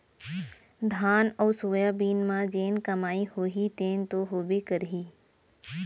धान अउ सोयाबीन म जेन कमाई होही तेन तो होबे करही